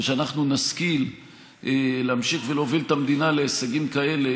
ושאנחנו נשכיל להמשיך ולהוביל את המדינה להישגים כאלה